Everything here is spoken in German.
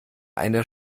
einer